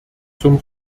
zum